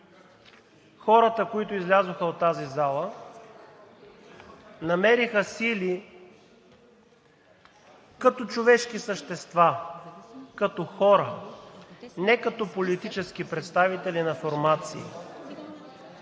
хората, които излязоха от тази зала, намериха сили като човешки същества, като хора – не като политически представители на формации,